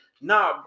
nah